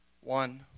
one